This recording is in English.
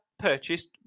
Purchased